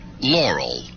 Laurel